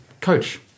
coach